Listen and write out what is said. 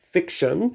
Fiction